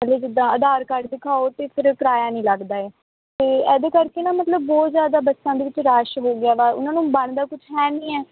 ਜਿੱਦਾਂ ਆਧਾਰ ਕਾਰਡ ਦਿਖਾਓ ਅਤੇ ਫਿਰ ਕਿਰਾਇਆ ਨਹੀਂ ਲੱਗਦਾ ਅਤੇ ਇਹਦੇ ਕਰਕੇ ਨਾ ਮਤਲਬ ਬਹੁਤ ਜ਼ਿਆਦਾ ਬੱਸਾਂ ਦੇ ਵਿੱਚ ਰੱਸ਼ ਹੋ ਗਿਆ ਵਾ ਉਹਨਾਂ ਨੂੰ ਬਣਦਾ ਕੁਝ ਹੈ ਨਹੀਂ ਹੈ